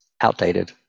Outdated